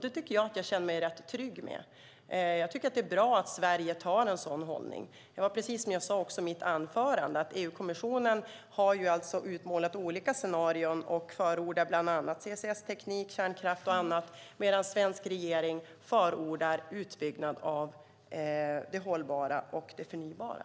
Det tycker jag att jag känner mig rätt trygg med. Jag tycker att det är bra att Sverige har en sådan hållning. Som jag sade i mitt anförande har EU-kommissionen utmålat olika scenarier och förordar bland annat CCS-teknik, kärnkraft och annat, medan den svenska regeringen förordar en utbyggnad av det hållbara och det förnybara.